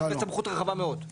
זה נותן סמכות רחבה מאוד.